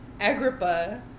Agrippa